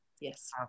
yes